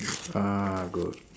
uh I got